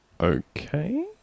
Okay